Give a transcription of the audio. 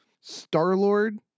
Star-Lord